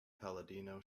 palladino